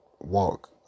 walk